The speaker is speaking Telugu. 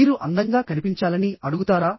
మీరు అందంగా కనిపించాలని అడుగుతారా